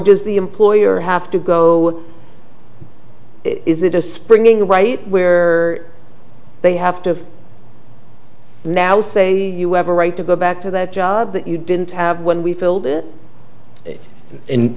does the employer have to go is it a springing right where they have to now say you have a right to go back to that job that you didn't have when we filled it in